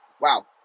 Wow